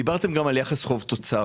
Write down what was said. דיברתם גם על יחס חוב-תוצר,